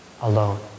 alone